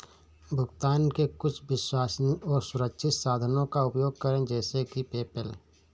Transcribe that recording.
भुगतान के कुछ विश्वसनीय और सुरक्षित साधनों का उपयोग करें जैसे कि पेपैल